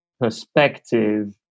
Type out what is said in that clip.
perspective